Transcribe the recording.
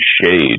shade